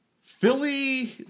Philly